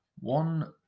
One